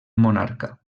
monarca